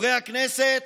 חברי הכנסת,